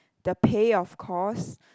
the pay of course